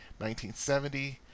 1970